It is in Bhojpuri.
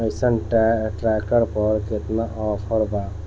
अइसन ट्रैक्टर पर केतना ऑफर बा?